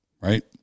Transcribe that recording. right